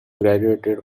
graduated